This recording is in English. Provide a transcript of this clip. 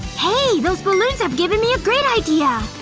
hey those balloons have given me a great idea!